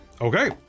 okay